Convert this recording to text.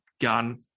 gun